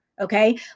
Okay